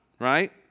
right